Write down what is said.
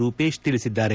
ರೂಪೇಶ್ ತಿಳಿಸಿದ್ದಾರೆ